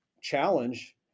challenge